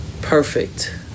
perfect